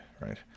right